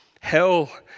Hell